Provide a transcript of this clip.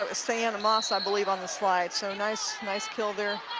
ah sienna moss i believe on the slide. so nice nice kill there